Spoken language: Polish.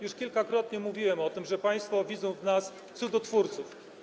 Już kilkakrotnie mówiłem o tym, że państwo widzą w nas cudotwórców.